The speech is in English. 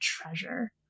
treasure